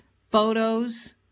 Photos